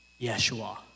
Yeshua